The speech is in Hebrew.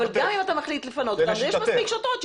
גם אם אתה מחליט לפנות אותן, יש מספיק שוטרות.